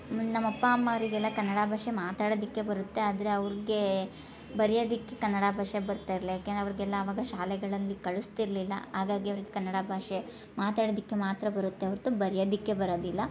ನಮ್ಮ ಅಪ್ಪ ಅಮ್ಮವರಿಗೆಲ್ಲ ಕನ್ನಡ ಭಾಷೆ ಮಾತಾಡೊದಿಕ್ಕೆ ಬರುತ್ತೆ ಆದರೆ ಅವ್ರಿಗೆ ಬರಿಯೋದಿಕ್ಕೆ ಕನ್ನಡ ಭಾಷೆ ಬರ್ತಾ ಇರಲ್ಲ ಯಾಕೆಂದರೆ ಅವ್ರಿಗೆಲ್ಲ ಅವಾಗ ಶಾಲೆಗಳಲ್ಲಿ ಕಳಿಸ್ತಿರ್ಲಿಲ್ಲ ಹಾಗಾಗಿ ಅವ್ರಿಗೆ ಕನ್ನಡ ಭಾಷೆ ಮಾತಾಡೊದಿಕ್ಕೆ ಮಾತ್ರ ಬರುತ್ತೆ ಹೊರತು ಬರಿಯೋದಿಕ್ಕೆ ಬರೋದಿಲ್ಲ